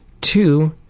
Two